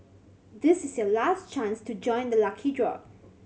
this is your last chance to join the lucky draw